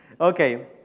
Okay